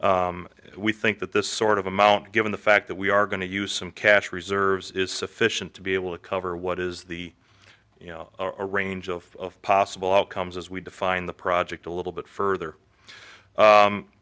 project we think that this sort of amount given the fact that we are going to use some cash reserves is sufficient to be able to cover what is the you know a range of possible outcomes as we define the project a little bit further